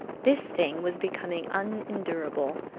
this thing was becoming unendurable.